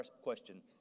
question